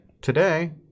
today